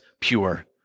pure